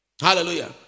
Hallelujah